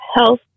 health